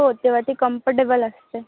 हो तेवा ती कम्फर्टेबल असते